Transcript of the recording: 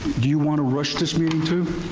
do you want to rush this meeting too?